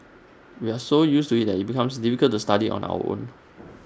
we are so used to IT that becomes difficult to study on our own